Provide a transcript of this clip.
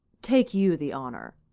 take you the honour,